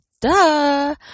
duh